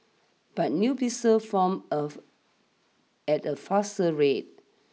but new blisters formed of at a faster rate